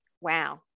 wow